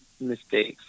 mistakes